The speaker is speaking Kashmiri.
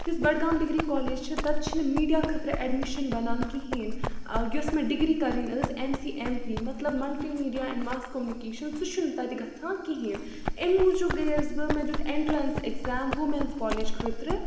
یُس بَڈگام ڈگری کالیج چھِ تَتہِ چھِنہٕ میٖڈیا خٲطرٕ اٮ۪ڈمِشَن بَنان کِہیٖنۍ یۄس مےٚ ڈِگری کَرٕنۍ ٲسۍ ایم سی ایم پی مَطلَب multi media and mass communication سُہ چھُنہٕ تَتہِ گَژھان کِہیٖنۍ اَیٚمہِ موٗجوٗب گٔیَس بہٕ مےٚ دیُت اٮ۪نٹرٛنس ایٚکزام وُمٮ۪نٕس کالیج خٲطرٕ